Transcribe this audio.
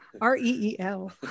R-E-E-L